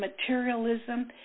materialism